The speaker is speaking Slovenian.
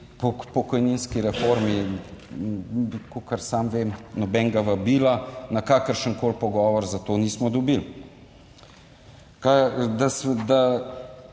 pokojninski reformi in kolikor sam vem, nobenega vabila na kakršenkoli pogovor za to nismo dobili.